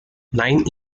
nine